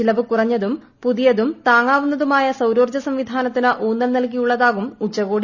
ചിലവ് കുറഞ്ഞതും പുതിയതതും താങ്ങാവുന്നതുമായ സൌരോർജ്ജ സംവിധാനത്തിന് ഉൌന്നൽ നല്കിയുള്ളത്പാകും ഉച്ചകോടി